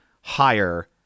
higher